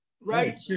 right